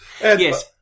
Yes